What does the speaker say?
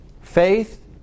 Faith